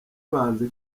banze